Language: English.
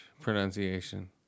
pronunciation